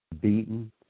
beaten